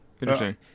Interesting